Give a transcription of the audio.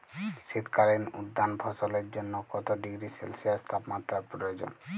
শীত কালীন উদ্যান ফসলের জন্য কত ডিগ্রী সেলসিয়াস তাপমাত্রা প্রয়োজন?